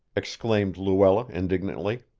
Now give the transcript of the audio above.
exclaimed luella indignantly.